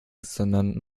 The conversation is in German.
sondern